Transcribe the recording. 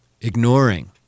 ignoring